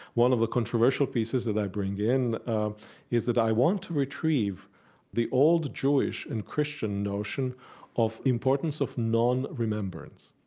one of the controversial pieces that i bring in is that i want to retrieve the old jewish and christian notion of the importance of non-remembrance,